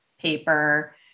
paper